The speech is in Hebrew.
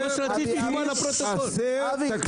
זה מה שרציתי לשמוע לפרוטוקול.